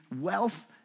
wealth